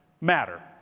matter